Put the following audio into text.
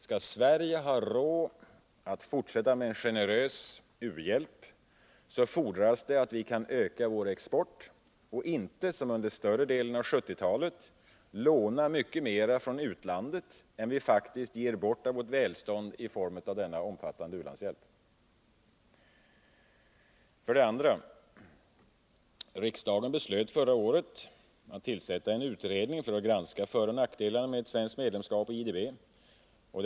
Skall Sverige ha råd att fortsätta med en generös u-hjälp, fordras det att vi kan öka vår export och inte, som under större delen av 1970-talet, lånar mycket mer från utlandet än vi faktiskt ger bort av vårt välstånd i form av denna omfattande u-landshjälp. 2. Riksdagen beslöt förra året att en utredning skulle tillsättas för att granska föroch nackdelarna med svenskt medlemskap i IDB.